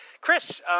Chris